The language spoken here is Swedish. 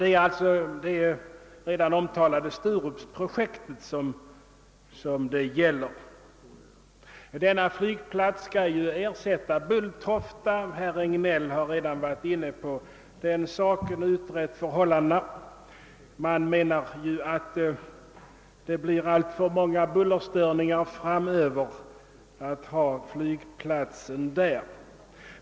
Det gäller alltså det omtalade projektet i Sturup. Denna flygplats skall ersätta Bulltofta, eftersom man anser — vilket herr Regnéll redan redogjort för — att bullerstörningarna framöver blir för stora.